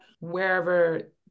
wherever